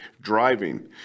driving